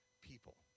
people